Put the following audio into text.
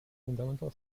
fundamental